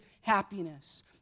happiness